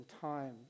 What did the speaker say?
time